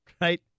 right